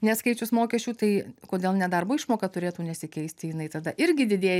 neatskaičius mokesčių tai kodėl nedarbo išmoka turėtų nesikeisti jinai tada irgi didėja